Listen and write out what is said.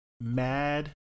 mad